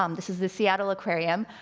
um this is the seattle aquarium.